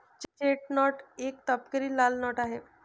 chestnut एक तपकिरी लाल नट आहे